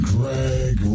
Greg